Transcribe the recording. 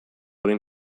egin